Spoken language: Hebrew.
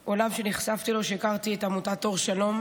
הוא עולם שנחשפתי אליו כשהכרתי את עמותת אור שלום,